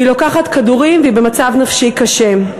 היא לוקחת כדורים והיא במצב נפשי קשה.